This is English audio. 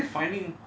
find